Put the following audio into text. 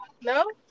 No